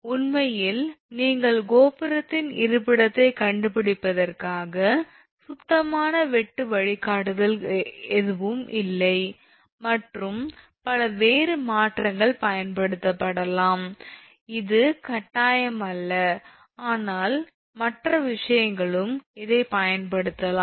உண்மையில் நீங்கள் கோபுரத்தின் இருப்பிடத்தைக் கண்டுபிடிப்பதற்காக சுத்தமான வெட்டு வழிகாட்டுதல்கள் எதுவும் இல்லை மற்றும் வேறு பல மாற்றுகள் பயன்படுத்தப்படலாம் இது கட்டாயம் அல்ல ஆனால் மற்ற விஷயங்களும் இதைப் பயன்படுத்தலாம்